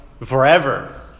forever